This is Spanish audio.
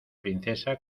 princesa